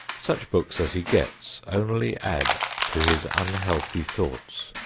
such books as he gets only add to his unhealthy thoughts.